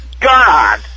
God